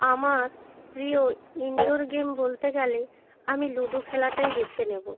আমার প্রিয় indoor game বলতে গেলে আমি লুডো খেলাটাই বেছে নেব